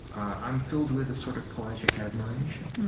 i'm filled with a sort of poetic admiration,